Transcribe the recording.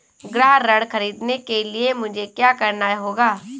गृह ऋण ख़रीदने के लिए मुझे क्या करना होगा?